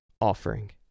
offering